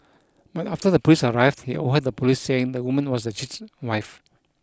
but after the police arrived he overheard the police saying the woman was the cheat's wife